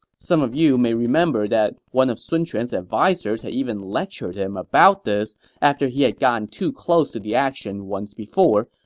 some of you may remember that one of sun quan's advisers had even lectured him about this after he had gotten too close to the action once before,